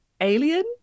Alien